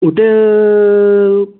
hotel